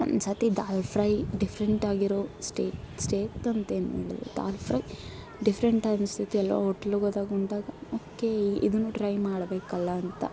ಒಂದು ಸರ್ತಿ dal fry different ಆಗಿರೋ ಸ್ಟೇ ಸ್ಟೇಟ್ ಅಂತೇನು ದಾಲ್ ಫ್ರೈ ಡಿಫ್ರೆಂಟ್ ಅನ್ಸಿದ್ದು ಎಲ್ಲೋ ಓಟ್ಲ್ಗೋದಾಗ ಉಂಡಾಗ ಓಕೇ ಇದನ್ನೂ ಟ್ರೈ ಮಾಡ್ಬೇಕಲ್ಲ ಅಂತ